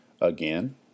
again